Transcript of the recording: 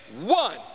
one